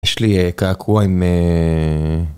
יש לי קעקוע עם...